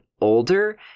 older